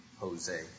Jose